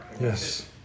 Yes